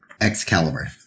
excalibur